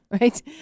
Right